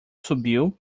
subiu